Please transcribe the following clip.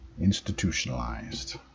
institutionalized